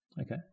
Okay